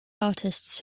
artists